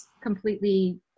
completely